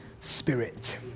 spirit